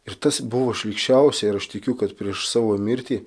ir tas buvo šlykščiausia ir aš tikiu kad prieš savo mirtį